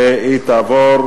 ותעבור,